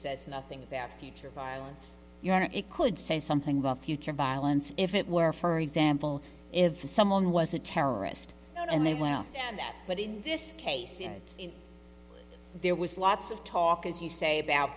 says nothing about future violence it could say something about future violence if it were for example if someone was a terrorist and they went out and that but in this case in there was lots of talk as you say about